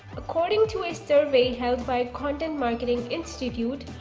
according to a survey held by a content marketing institute.